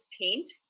paint